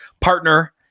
partner